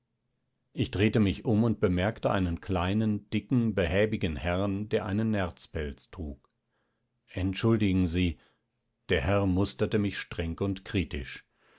ich drehte mich um und bemerkte einen kleinen dicken behäbigen herrn der einen nerzpelz trug entschuldigen sie der herr musterte mich streng und kritisch